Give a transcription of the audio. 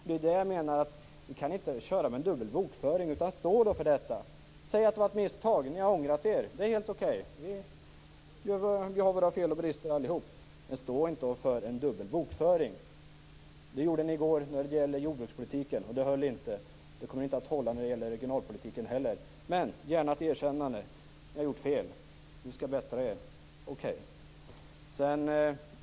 Vi kan inte ha dubbel bokföring. Stå för detta! Säg att det var ett misstag och att ni har ångrat er. Det är helt okej. Vi har alla våra fel och brister. Men för inte dubbel bokföring. Det gjorde ni igår när det gällde jordbrukspolitiken. Det höll inte. Det kommer inte att hålla när det gäller regionalpolitiken heller. Erkänn att ni har gjort ett fel. Säg att ni skall bättra er.